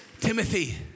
Timothy